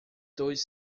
dos